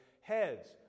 heads